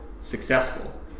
successful